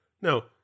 no